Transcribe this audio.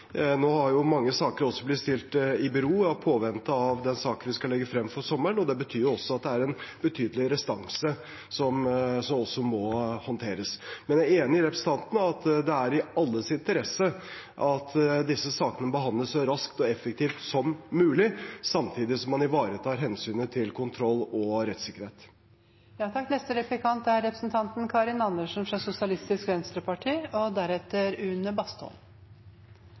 Nå har jo mange saker også blitt stilt i bero i påvente av den saken vi skal legge frem før sommeren. Det betyr at det er en betydelig restanse som også må håndteres. Men jeg er enig med representanten i at det er i alles interesse at disse sakene behandles så raskt og effektivt som mulig, samtidig som man ivaretar hensynet til kontroll og rettssikkerhet. Det er viktige sider ved denne saken som handler om forholdet mellom rettsstaten og